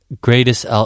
greatest